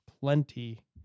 plenty